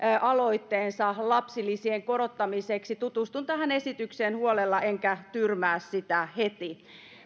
aloitteensa lapsilisien korottamiseksi tutustun tähän esitykseen huolella enkä tyrmää sitä heti